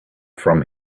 from